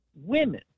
women